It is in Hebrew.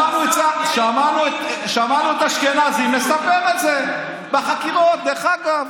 שמענו את אשכנזי מספר את זה בחקירות, דרך אגב.